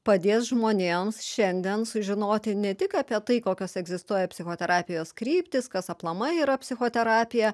padės žmonėms šiandien sužinoti ne tik apie tai kokios egzistuoja psichoterapijos kryptys kas aplamai yra psichoterapija